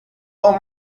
all